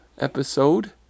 episode